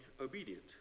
obedient